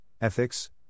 ethics